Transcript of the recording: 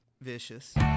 Vicious